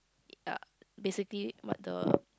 uh basically mut the